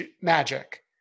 magic